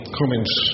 comments